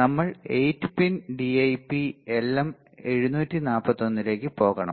നമ്മൾ 8 pin DIP LM 741 ലേക്ക് പോകണം